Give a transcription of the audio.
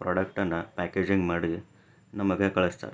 ಪ್ರಾಡಕ್ಟನ್ನು ಪ್ಯಾಕೇಜಿಂಗ್ ಮಾಡಿ ನಮಗೆ ಕಳಿಸ್ತಾರೆ